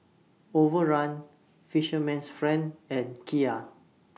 Overrun Fisherman's Friend and Kia